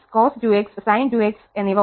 ഉണ്ട്